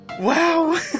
Wow